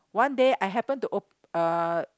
one day I happen to op~ uh